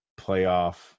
playoff